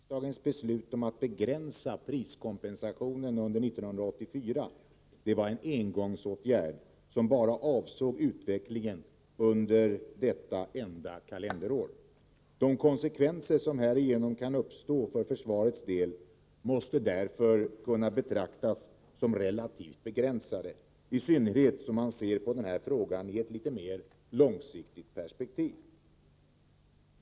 Fru talman! Jag vill åter erinra om att riksdagens beslut om att begränsa priskompensationen under 1984 var en engångsåtgärd, som bara avsåg utvecklingen under detta enda kalenderår. De konsekvenser som härigenom kan uppstå för försvarets del måste därför kunna betraktas såsom relativt begränsade, i synnerhet om man ser på denna fråga i ett litet mer långsiktigt perspektiv.